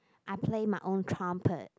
I play my own trumpet